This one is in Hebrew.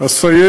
אסיים